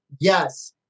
yes